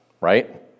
Right